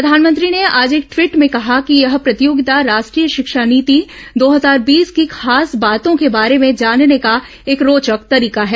प्रधानमंत्री ने आज एक ट्वीट में कहा कि यह प्रतियोगिता राष्ट्रीय शिक्षा नीति दो हजार बीस की खास बातों के बारे में जानने का एक रोचक तरीका है